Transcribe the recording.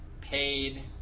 paid